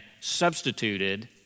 substituted